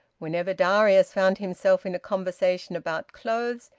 whenever darius found himself in a conversation about clothes,